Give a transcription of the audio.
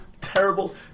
terrible